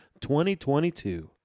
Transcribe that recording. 2022